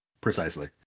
Precisely